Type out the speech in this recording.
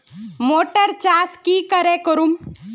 Motor चास की करे करूम?